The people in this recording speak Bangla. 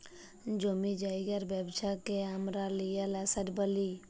জমি জায়গার ব্যবচ্ছা কে হামরা রিয়েল এস্টেট ব্যলি